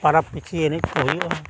ᱯᱟᱨᱟᱵᱽ ᱯᱤᱪᱷᱤ ᱮᱱᱮᱡ ᱠᱚ ᱦᱩᱭᱩᱜᱼᱟ